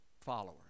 followers